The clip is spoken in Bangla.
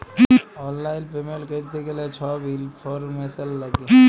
অললাইল পেমেল্ট ক্যরতে গ্যালে ছব ইলফরম্যাসল ল্যাগে